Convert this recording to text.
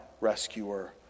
rescuer